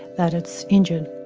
that it's injured.